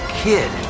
kid